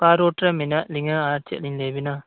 ᱚᱠᱟ ᱨᱳᱰ ᱨᱮ ᱢᱮᱱᱟᱜ ᱞᱤᱧᱟᱹ ᱟᱨ ᱪᱮᱫᱞᱤᱧ ᱞᱟᱹᱭᱟᱵᱮᱱᱟ